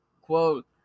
Quote